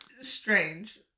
strange